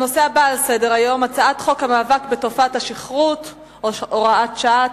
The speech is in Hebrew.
הנושא הבא על סדר-היום: הצעת חוק המאבק בתופעת השכרות (הוראת שעה),